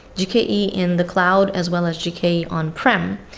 gke in the cloud as well as gke on-prem.